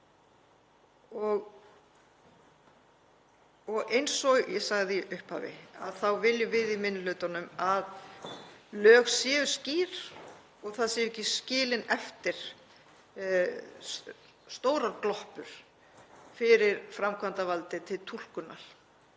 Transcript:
Eins og ég sagði í upphafi þá viljum við í minni hlutanum að lög séu skýr og að það séu ekki skildar eftir stórar gloppur fyrir framkvæmdarvaldið til túlkunar